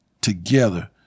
together